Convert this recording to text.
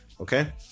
Okay